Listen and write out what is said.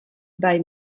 new